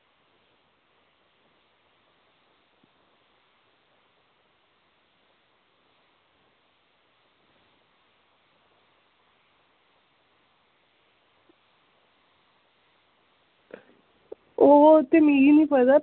ओह् ते मिगी निं पता